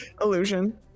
illusion